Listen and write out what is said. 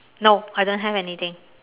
no I don't have anything